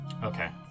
Okay